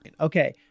Okay